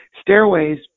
Stairways